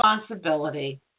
responsibility